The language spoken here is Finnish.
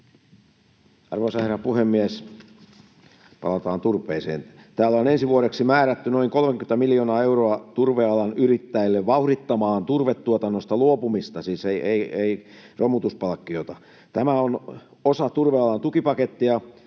Arvoisa herra puhemies! Palataan turpeeseen. Täällä on ensi vuodeksi määrätty noin 30 miljoonaa euroa turvealan yrittäjille vauhdittamaan turvetuotannosta luopumista — siis ei romutuspalkkiota, tämä on osa turvealan tukipakettia.